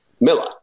Miller